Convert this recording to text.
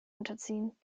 unterziehen